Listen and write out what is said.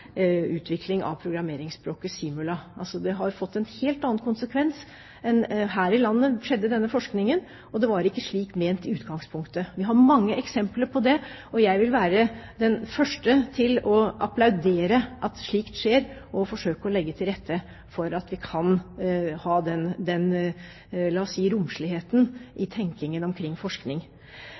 utvikling av programmeringsspråket Simula. Det har fått en helt annen konsekvens. Her i landet skjedde denne forskningen, og det var ikke slik ment i utgangspunktet. Vi har mange eksempler på dette, og jeg vil være den første til å applaudere at slikt skjer, og forsøke å legge til rette for at vi kan ha den – la oss si – romsligheten i tenkingen omkring forskning.